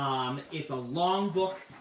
it's a long book.